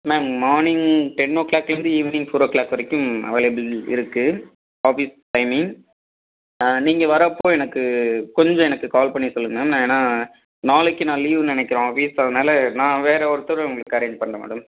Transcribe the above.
ma'am morning ten ஓ கிளாக்லேர்ந்து evening four o'clock வரைக்கும் அவைலபிள் இருக்கு ஆஃபீஸ் டைமிங் நீங்கள் வர்றப்போ எனக்கு கொஞ்சம் எனக்கு கால் பண்ணி சொல்லுங்கள் மேம் நான் ஏன்னா நாளைக்கு நான் லீவுன்னு நினைக்கிறேன் ஆஃபீஸ் அதனால் நான் வேறு ஒருத்தரை உங்களுக்கு அரேஞ்ச் பண்ணுற மேடம்